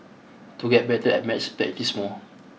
to get better at maths practise more